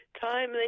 time